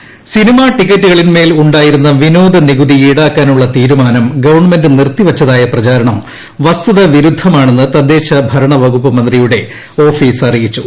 cinema ticket cinema ടിക്കറ്റുകളിന്മേൽ ഉണ്ടായിരുന്ന വിനോദനികുതി ഈടാക്കാനുള്ള തീരുമാനം ഗവൺമെന്റ് നിർത്തിവച്ചതായ പ്രചാരണം വസ്തുതാവിരുദ്ധമാണെന്ന് തദ്ദേശ ഭരണവകുപ്പ് മന്ത്രിയുടെ ഓഫീസ് അറിയിച്ചു